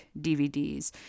DVDs